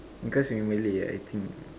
cause we malay ah I think